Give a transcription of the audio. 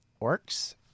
orcs